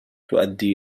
تؤدي